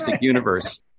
universe